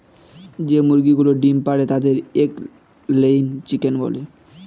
যে মুরগিগুলো ডিম পাড়ে তাদের এগ লেয়িং চিকেন বলে